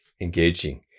engaging